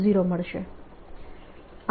B00 મળશે